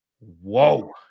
Whoa